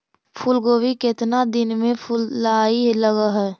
फुलगोभी केतना दिन में फुलाइ लग है?